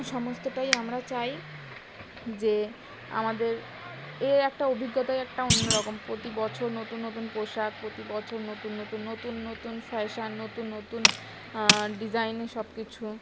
সমস্তটাই আমরা চাই যে আমাদের এর একটা অভিজ্ঞতায় একটা অন্য রকম প্রতি বছর নতুন নতুন পোশাক প্রতি বছর নতুন নতুন নতুন নতুন ফ্যাশান নতুন নতুন ডিজাইনে সব কিছু